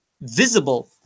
visible